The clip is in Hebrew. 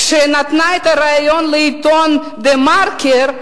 כשהיא נתנה את הריאיון לעיתון "דה מרקר",